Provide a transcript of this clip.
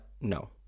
No